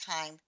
time